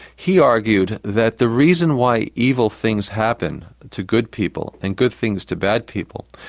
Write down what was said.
he argued that the reason why evil things happen to good people and good things to bad people,